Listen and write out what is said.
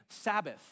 Sabbath